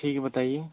ठीक है बताइए